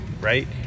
right